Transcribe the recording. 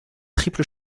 triple